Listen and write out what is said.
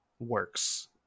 Works